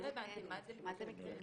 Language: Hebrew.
מה זה מקרים כאלה?